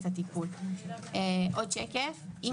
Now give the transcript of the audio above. כי